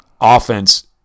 offense